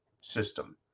system